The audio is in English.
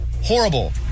horrible